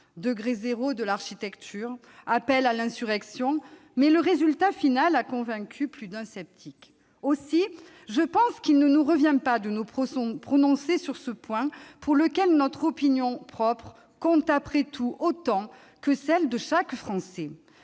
degré zéro de l'architecture », on lança un « appel à l'insurrection »-, mais le résultat final a convaincu plus d'un sceptique. Aussi, je pense qu'il ne nous revient pas de nous prononcer sur ce point, sur lequel notre opinion compte après tout autant que celle de chaque Français.